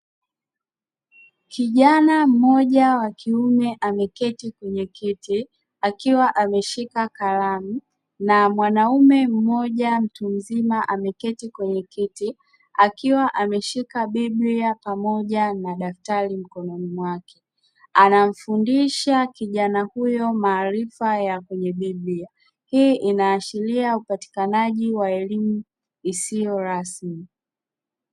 Kijana mmoja wakiume ameketi kwenye kiti akiwa ameshika karamu, na mwanaume mmoja mtu mzima ameketi kwenye kiti akiwa ameshika biblia pamoja na daftari mkononi mwake, anamfundisha kijana huyo maarifa ya kwenye biblia hii inaashiria upatikanaji wa elimu isiyo rasmi.